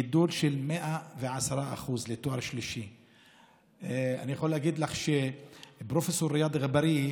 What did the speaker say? גידול של 110%. אני יכול להגיד לך שפרופ' ריאד אגבאריה,